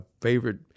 favorite